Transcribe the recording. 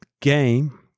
game